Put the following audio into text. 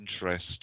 interest